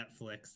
Netflix